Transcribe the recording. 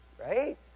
right